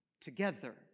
together